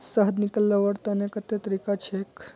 शहद निकलव्वार तने कत्ते तरीका छेक?